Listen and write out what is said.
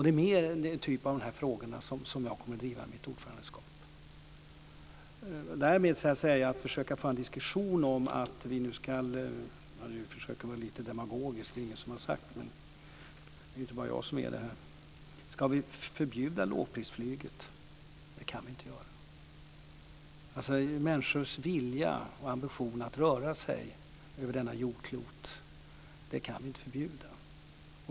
Det är frågor av den här typen jag kommer att driva under mitt ordförandeskap. Däremot tycker jag inte att man kan säga - och nu försöker jag vara lite demagogisk, för det är ingen som har sagt detta, men det är ju inte bara jag här som är det - att vi nu ska förbjuda lågprisflyget. Det kan vi inte göra. Människors vilja och ambition att röra sig över detta jordklot kan vi inte förbjuda.